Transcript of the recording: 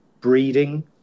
breeding